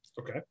Okay